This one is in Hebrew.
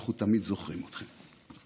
אנחנו תמיד זוכרים אתכם.